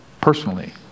personally